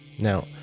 Now